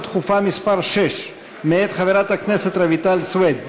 דחופה מס' 6 מאת חברת הכנסת רויטל סויד.